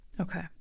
Okay